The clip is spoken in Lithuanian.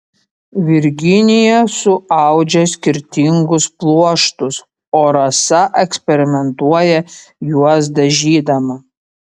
virginija suaudžia skirtingus pluoštus o rasa eksperimentuoja juos dažydama